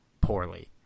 poorly